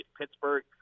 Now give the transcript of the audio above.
Pittsburgh